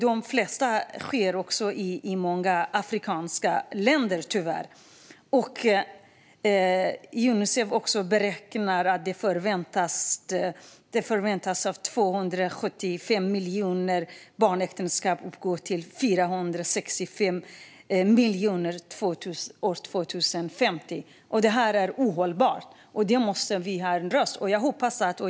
De flesta könsstympningar sker tyvärr i många afrikanska länder. Unicef beräknar också att barnäktenskapen kommer att öka från 275 miljoner till 465 miljoner år 2050. Detta är ohållbart, och därför måste vi vara en röst.